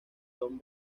don